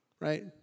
Right